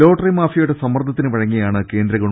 lottery മാഫിയയുടെ സമ്മർദ്ദത്തിന് വഴങ്ങിയാണ് കേന്ദ്ര ഗവ